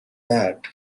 that